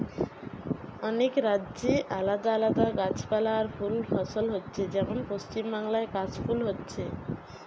অনেক রাজ্যে আলাদা আলাদা গাছপালা আর ফুল ফসল হচ্ছে যেমন পশ্চিমবাংলায় কাশ ফুল হচ্ছে